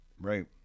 Right